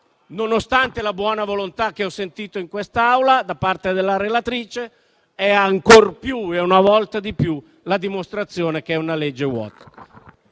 nonostante la buona volontà che ho sentito in quest'Aula da parte della relatrice, è ancor più e una volta di più la dimostrazione che è una legge vuota.